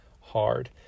hard